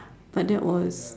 but that was